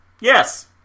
yes